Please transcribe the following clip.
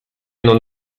non